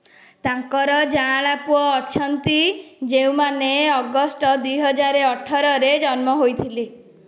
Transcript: ତାଙ୍କର ଯାଆଁଳା ପୁଅ ଅଛନ୍ତି ଯେଉଁମାନେ ଅଗଷ୍ଟ ଦୁଇ ହଜାର ଅଠରରେ ଜନ୍ମ ହୋଇଥିଲେ